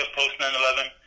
post-9-11